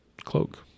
Cloak